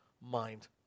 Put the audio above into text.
mind